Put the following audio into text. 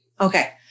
Okay